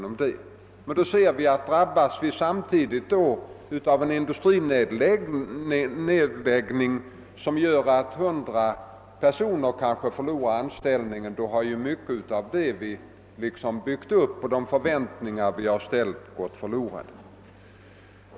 Om länet nu drabbas av en industrinedläggning som gör att kanske 100 personer förlorar anställning har ju mycket av det vi byggt upp och de förväntningar vi haft gått förlorade.